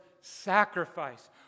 sacrifice